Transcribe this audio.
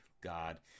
God